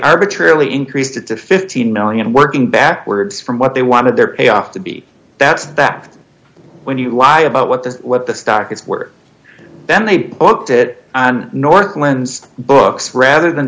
arbitrarily increased it to fifteen million working backwards from what they wanted their payoff to be that's that when you lie about what the what the stock is worth then they booked it northwinds books rather than